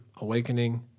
awakening